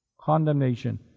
Condemnation